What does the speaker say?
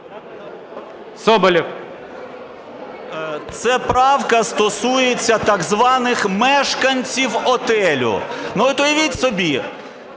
С.В. Це правка стосується так званих мешканців готелю. Ну, от уявіть собі,